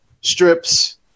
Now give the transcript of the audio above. strips